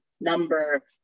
number